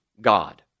God